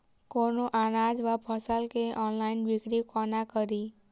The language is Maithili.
कोनों अनाज वा फसल केँ ऑनलाइन बिक्री कोना कड़ी?